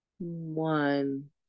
One